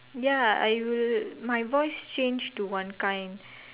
ya I will my voice change to one kind